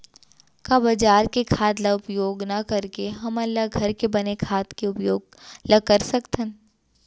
का बजार के खाद ला उपयोग न करके हमन ल घर के बने खाद के उपयोग ल कर सकथन?